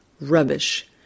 rubbish